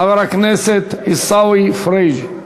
חבר הכנסת עיסאווי פריג'.